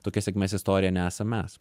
tokia sėkmės istorija nesam mes